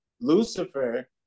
lucifer